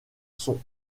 sont